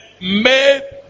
made